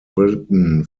written